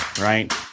right